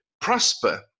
prosper